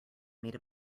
made